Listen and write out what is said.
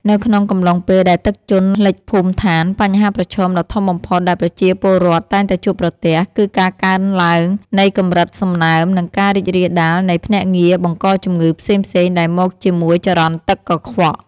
នៅក្នុងកំឡុងពេលដែលទឹកជន់លិចភូមិឋាន បញ្ហាប្រឈមដ៏ធំបំផុតដែលប្រជាពលរដ្ឋតែងតែជួបប្រទះ គឺការកើនឡើងនៃកម្រិតសំណើម និងការរីករាលដាលនៃភ្នាក់ងារបង្កជំងឺផ្សេងៗដែលមកជាមួយចរន្តទឹកកខ្វក់។